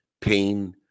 pain